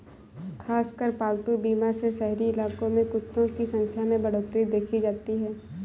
खासकर पालतू बीमा में शहरी इलाकों में कुत्तों की संख्या में बढ़ोत्तरी देखी जाती है